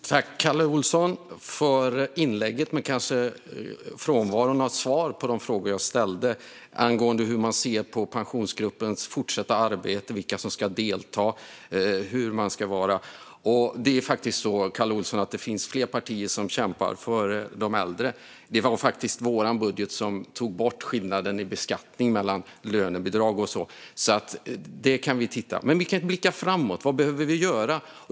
Fru talman! Jag tackar Kalle Olsson för inlägget men kanske inte för frånvaron av svar på de frågor jag ställde angående hur man ser på Pensionsgruppens fortsatta arbete, vilka som ska delta och hur man ska vara. Det är faktiskt så, Kalle Olsson, att det finns fler partier som kämpar för de äldre. Det var faktiskt vår budget som tog bort skillnaden i beskattning mellan lönebidrag och så. Det kan vi titta på. Vi kan också blicka framåt. Vad behöver vi göra?